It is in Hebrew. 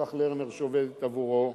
פרח לרנר, שעובדת עבורו,